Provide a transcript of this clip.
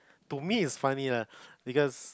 to me its funny lah because